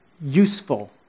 useful